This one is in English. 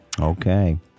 Okay